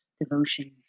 devotion